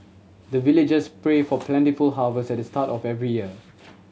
the villagers pray for plentiful harvest at the start of every year